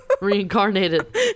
reincarnated